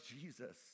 Jesus